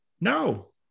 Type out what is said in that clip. no